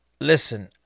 Listen